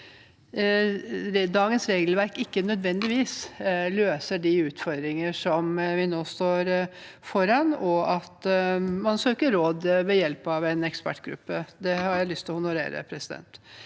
dagens regelverk ikke nødvendigvis løser de utfordringer vi står foran nå, og at man søker råd ved hjelp av en ekspertgruppe. Det har jeg lyst til å honorere. Men